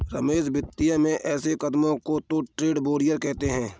रमेश वित्तीय में ऐसे कदमों को तो ट्रेड बैरियर कहते हैं